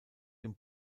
dem